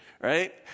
right